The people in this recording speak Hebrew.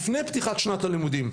לפני פתיחת שנת הלימודים,